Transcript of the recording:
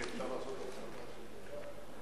אפשר לעשות הפסקה של דקה?